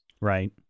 right